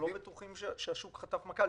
אנחנו לא בטוחים ששוק הדיור חטף מכה.